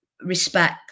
respect